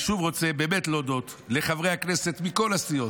אני שוב רוצה באמת להודות לחברי הכנסת מכל הסיעות,